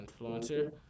influencer